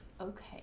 Okay